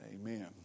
Amen